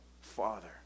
Father